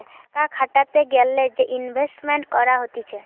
টাকা খাটাতে গ্যালে যে ইনভেস্টমেন্ট করা হতিছে